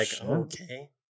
okay